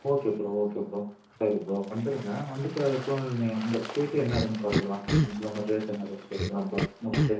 okay bro okay bro சரி bro வந்துருங்க வந்துவிட்டு அதுக்கப்பறம் நீங்கள் அங்கே போய்விட்டு என்ன ஏதுன்னு பார்த்துக்கலாம் நீங்கள் சொன்னமாதிரியே ரேட் என்ன ஏதுன்னு பேசிக்கலாம் ப்ரோ முடிச்சிவிட்டு